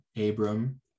Abram